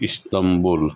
Istanbul